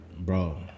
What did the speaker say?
Bro